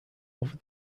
over